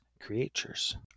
creatures